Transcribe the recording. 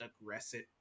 aggressive